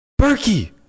Berkey